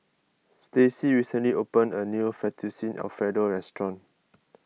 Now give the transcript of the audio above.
Stacy recently opened a new Fettuccine Alfredo restaurant